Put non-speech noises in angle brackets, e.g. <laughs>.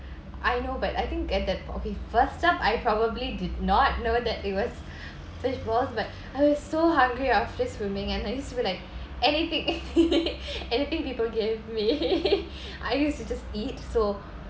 I know but I think at that okay first off I probably did not know that it was fishballs but I was so hungry after swimming and I used to be like anything <laughs> anything people gave me I used to just eat so